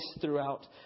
throughout